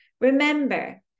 Remember